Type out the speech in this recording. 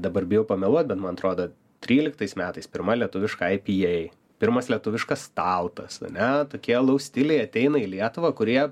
dabar bijau pameluot bet man atrodo tryliktais metais pirma lietuviškai ai pi ei pirmas lietuviškas taltas ane tokie alaus stiliai ateina į lietuvą kurie